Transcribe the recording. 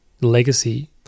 legacy